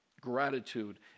Gratitude